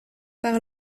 par